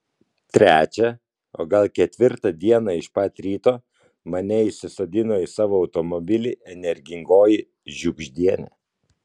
trečią o gal ketvirtą dieną iš pat ryto mane įsisodino į savo automobilį energingoji žiugždienė